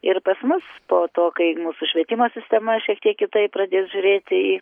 ir pas mus to to kai mūsų švietimo sistema šiek tiek kitaip pradės žiūrėti į